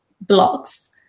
blocks